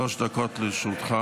שלוש דקות לרשותך.